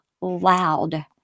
loud